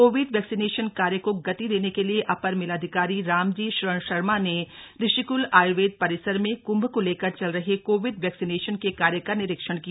Covid vaccination कार्य को गति देने के लिए अपर मेलाधिकारी रामजी शरण शर्मा ने ऋषिकल आयर्वेद परिसर में कंभ को लेकर चल रहे कोविड वैक्सीनेशन के कार्य का निरीक्षण किया